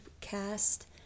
cast